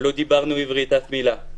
לא דיברנו אף מילה בעברית.